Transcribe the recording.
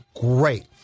great